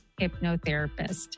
hypnotherapist